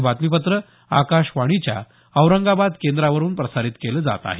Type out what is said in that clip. हे बातमीपत्र आकाशवाणीच्या औरंगाबाद केंद्रावरून प्रसारित केलं जात आहे